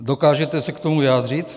Dokážete se k tomu vyjádřit?